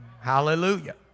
Hallelujah